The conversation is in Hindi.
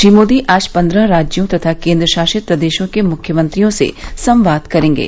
श्री मोदी आज पन्द्रह राज्यों तथा केंद्रशासित प्रदेशों के मुख्यमंत्रियों से संवाद करेंगे